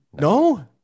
No